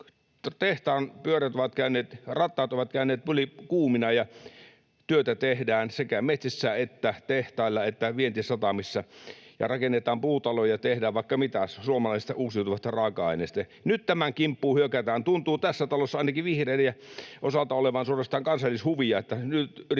Tehtaan pyörät ovat käyneet, rattaat ovat käyneet tulikuumina, työtä tehdään sekä metsissä että tehtailla että vientisatamissa ja rakennetaan puutaloja ja tehdään vaikka mitä suomalaisesta uusiutuvasta raaka-aineesta. Nyt tämän kimppuun hyökätään. Tuntuu tässä talossa ainakin vihreiden osalta olevan suorastaan kansallishuvia